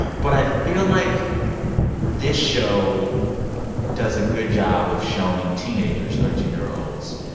but i feel like this show does a good job of showing teenagers, thirteen year olds,